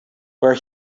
where